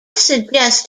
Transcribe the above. suggest